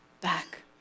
back